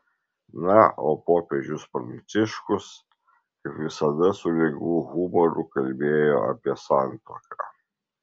na o popiežius pranciškus kaip visada su lengvu humoru kalbėjo apie santuoką